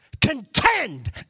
contend